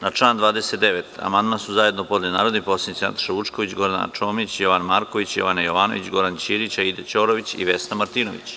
Na član 29. amandman su zajedno podneli narodni poslanici Nataša Vučković, Gordana Čomić, Jovan Marković, Jovana Jovanović, Goran Ćirić, Aida Ćorović i Vesna Martinović.